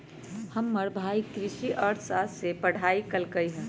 हमर भाई कृषि अर्थशास्त्र के पढ़ाई कल्कइ ह